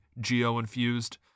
geo-infused